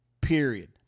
period